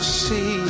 see